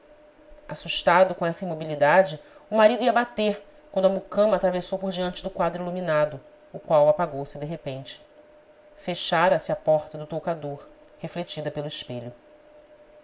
assustado com essa imobilidade o marido ia bater quando a mucama atravessou por diante do quadro iluminado o qual apagou-se de repente fechara se a porta do toucador refletida pelo espelho